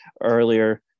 earlier